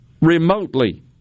remotely